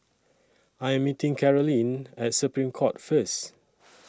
I Am meeting Karolyn At Supreme Court First